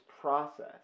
process